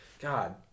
God